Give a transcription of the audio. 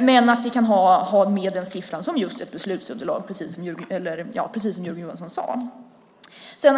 men vi kan ha med den siffran som ett beslutsunderlag, precis som Jörgen Johansson sade.